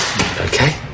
Okay